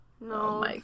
No